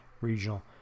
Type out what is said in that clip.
regional